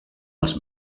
els